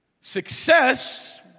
success